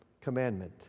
commandment